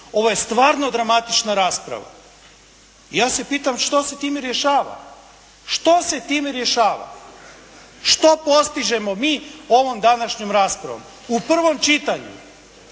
ovo je stvarno dramatična rasprava. I ja se pitam što se time rješava? Što se time rješava? Šta postižemo mi ovom današnjom raspravom? U prvom čitanju?!